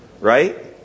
right